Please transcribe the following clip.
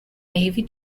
navy